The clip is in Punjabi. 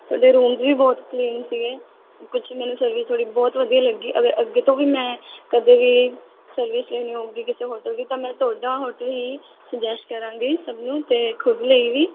ਤੁਹਾਡੇ ਰੂਮਜ਼ ਵੀ ਬਹੁਤ ਕਲੀਨ ਸੀਗੇ ਕੁਝ ਮੈਨੂੰ ਸਰਵਿਸ ਤੁਹਾਡੀ ਬਹੁਤ ਵਧੀਆ ਲੱਗੀ ਅਗਰ ਅੱਗੇ ਤੋਂ ਵੀ ਮੈਂ ਕਦੇ ਵੀ ਸਰਵਿਸ ਲੈਣੀ ਹੋਵੇਗੀ ਕਿਸੇ ਹੋਟਲ ਦੀ ਤਾਂ ਮੈਂ ਤੁਹਾਡਾ ਹੋਟਲ ਹੀ ਸੁਜੈਸਟ ਕਰਾਂਗੀ ਸਭ ਨੂੰ ਤੇ ਖੁਦ ਲਈ ਵੀ